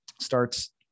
starts